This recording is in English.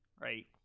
right